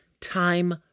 time